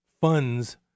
funds